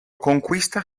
conquista